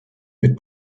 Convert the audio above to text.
mit